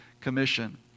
Commission